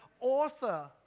author